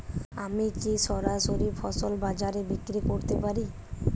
আমি কি সরাসরি ফসল বাজারে বিক্রি করতে পারি?